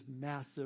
massive